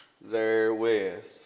therewith